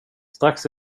strax